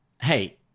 hey